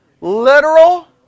Literal